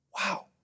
Wow